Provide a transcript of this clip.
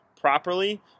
properly